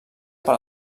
per